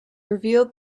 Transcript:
revealed